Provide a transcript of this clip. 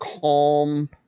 calm